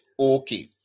Okay